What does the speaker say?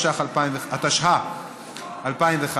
התשע"ה 2015,